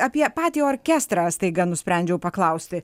apie patį orkestrą staiga nusprendžiau paklausti